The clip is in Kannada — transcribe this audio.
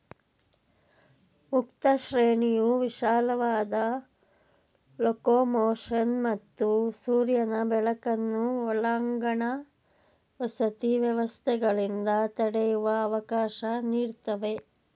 ಮುಕ್ತ ಶ್ರೇಣಿಯು ವಿಶಾಲವಾದ ಲೊಕೊಮೊಷನ್ ಮತ್ತು ಸೂರ್ಯನ ಬೆಳಕನ್ನು ಒಳಾಂಗಣ ವಸತಿ ವ್ಯವಸ್ಥೆಗಳಿಂದ ತಡೆಯುವ ಅವಕಾಶ ನೀಡ್ತವೆ